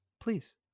please